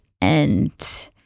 and-